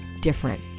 different